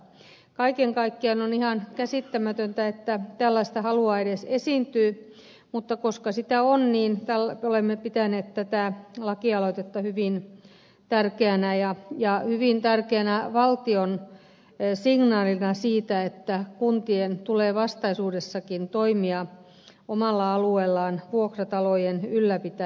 kaiken kaikkiaan on ihan käsittämätöntä että tällaista halua edes esiintyy mutta koska sitä on niin olemme pitäneet tätä lakialoitetta hyvin tärkeänä ja hyvin tärkeänä valtion signaalina siitä että kuntien tulee vastaisuudessakin toimia omalla alueellaan vuokratalojen ylläpitäjänä